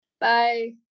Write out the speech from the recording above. bye